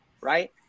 right